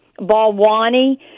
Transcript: Balwani